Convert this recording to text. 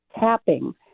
tapping